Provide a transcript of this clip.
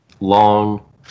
Long